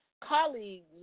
colleagues